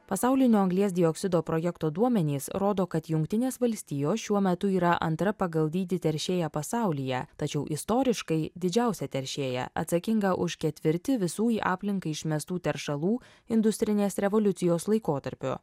pasaulinio anglies dioksido projekto duomenys rodo kad jungtinės valstijos šiuo metu yra antra pagal dydį teršėja pasaulyje tačiau istoriškai didžiausia teršėja atsakinga už ketvirtį visų į aplinką išmestų teršalų industrinės revoliucijos laikotarpiu